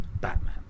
Batman